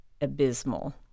abysmal